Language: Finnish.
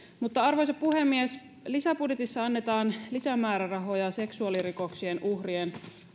arvoisa puhemies lisäbudjetissa annetaan lisämäärärahoja seksuaalirikoksien uhrien